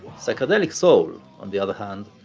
psychedelic soul, on the other hand,